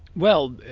well,